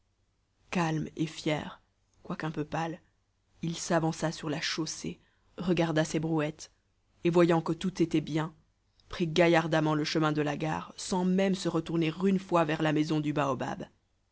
calme et fier quoiqu'un peu pâle il s'avança sur la chaussée regarda ses brouettes et voyant que tout était bien prit gaillardement le chemin de la gare sans même se retourner une fois vers la maison du baobab